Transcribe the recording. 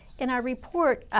in our report,